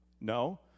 No